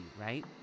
right